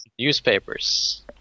newspapers